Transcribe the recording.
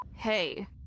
Hey